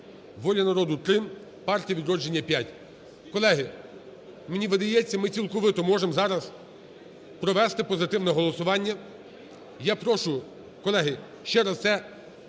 "Воля народу" – 3, "Партія Відродження" – 5. Колеги, мені видається, ми цілковито можемо зараз провести позитивне голосування. Я прошу, колеги, ще раз.